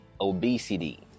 obesity